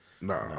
No